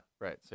right